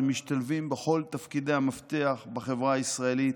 הם משתלבים בכל תפקידי המפתח בחברה הישראלית,